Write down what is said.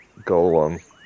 golem